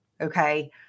okay